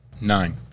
Nine